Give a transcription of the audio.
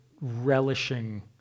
relishing